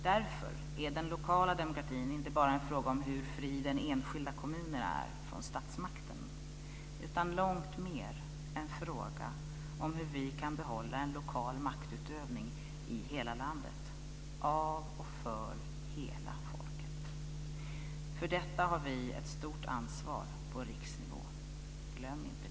Därför är den lokala demokratin inte bara en fråga om hur fri den enskilda kommunen är från statsmakten utan långt mer en fråga om hur vi kan behålla den lokala maktutövningen i hela landet av och för hela folket. För detta har vi ett stort ansvar på riksnivå - glöm inte det.